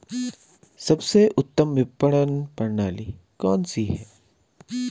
सबसे उत्तम विपणन प्रणाली कौन सी है?